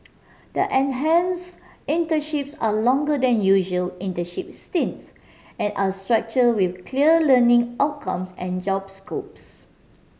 the enhanced internships are longer than usual internship stints and are structured with clear learning outcomes and job scopes